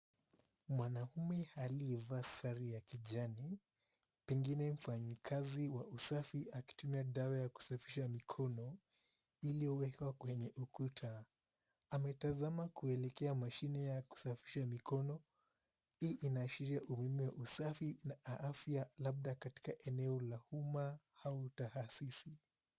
Mwanaume aliyevaa sare ya kijani, pengine mfanyikazi wa usafi akitumia dawa ya kusafisha mkono ile huwekwa kwenye ukuta ametazama kuelekea mashine ya kusafisha mkono hii inaashiria ujumbe wa usafi na afia labda katika eneo la umma au taasisi.